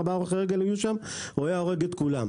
אם ארבעה הולכי רגל היו שם הוא היה הורג את כולם.